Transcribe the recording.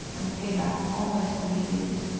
and came back almost immediately.